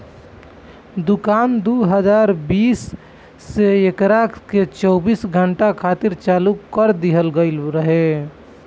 दुकान दू हज़ार बीस से एकरा के चौबीस घंटा खातिर चालू कर दीहल गईल रहे